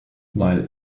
while